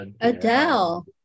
Adele